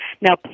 Now